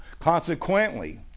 Consequently